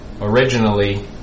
originally